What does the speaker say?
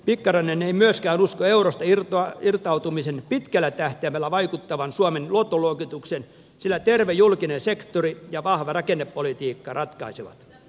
pikkarainen ei myöskään usko eurosta irtautumisen pitkällä tähtäimellä vaikuttavan suomen luottoluokitukseen sillä terve julkinen sektori ja vahva rakennepolitiikka ratkaisevat